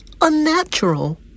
unnatural